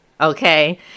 Okay